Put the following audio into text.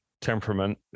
temperament